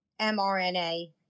mRNA